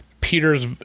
Peter's